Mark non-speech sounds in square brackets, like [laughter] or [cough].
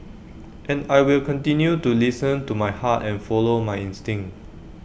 [noise] and I will continue to listen to my heart and follow my instincts